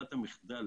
ברירת המחדל,